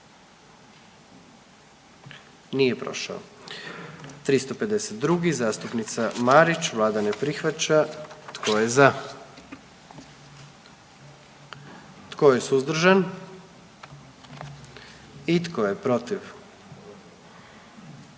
44. Kluba zastupnika SDP-a, vlada ne prihvaća. Tko je za? Tko je suzdržan? Tko je protiv?